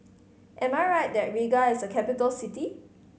am I right that Riga is a capital city